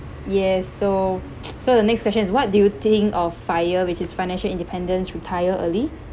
yes so so the next question is what do you think of FIRE which is financial independence retire early